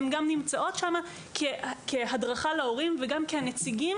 הן גם נמצאות שם כהדרכה להורים וגם כנציגות